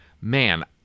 Man